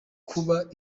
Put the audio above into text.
kuba